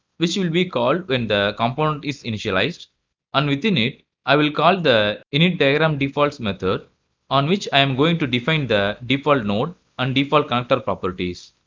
which will be called when the component is initialized and within it i will call the init diagram defaults method on which i'm going to define the default node and default connector properties.